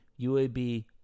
UAB